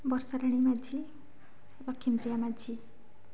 Barsharani Majhi Laxmipriya Majhi